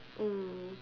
mm